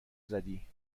زدی